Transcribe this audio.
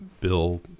bill